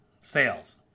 sales